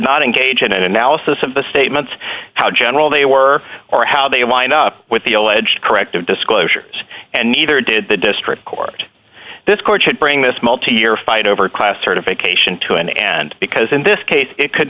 not engage in an analysis of the statements how general they were or how they wind up with the alleged corrective disclosures and neither did the district court this court should bring this multi year fight over class certification to an end because in this case it could